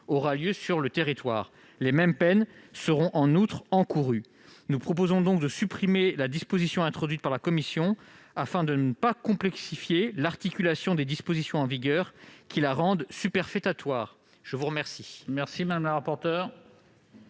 aura lieu sur le territoire. Les mêmes peines seront en outre encourues. Nous proposons de supprimer la disposition introduite par la commission afin de ne pas complexifier l'articulation des dispositions en vigueur, qui la rendent superfétatoire. Quel